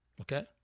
Okay